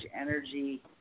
energy